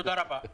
תודה רבה.